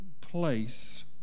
place